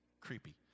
Creepy